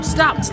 Stop